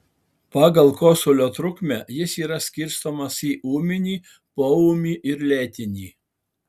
pagal kosulio trukmę jis yra skirstomas į ūminį poūmį ir lėtinį